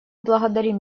благодарим